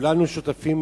כולנו שותפים,